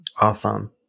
Awesome